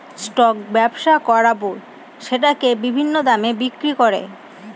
stock ব্যবসা করাবো সেটাকে বিভিন্ন দামে বিক্রি করে